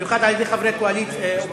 במיוחד על-ידי חברי אופוזיציה.